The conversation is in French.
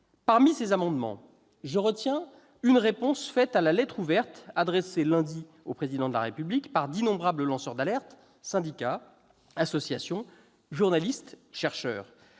Parmi ces amendements, je retiens une réponse faite à la lettre ouverte adressée lundi au Président de la République par d'innombrables lanceurs d'alertes, syndicats, associations, journalistes, chercheurs